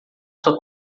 sua